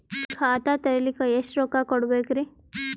ಖಾತಾ ತೆರಿಲಿಕ ಎಷ್ಟು ರೊಕ್ಕಕೊಡ್ಬೇಕುರೀ?